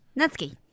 Natsuki